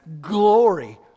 glory